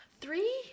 Three